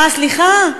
סליחה.